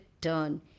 turn